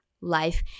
life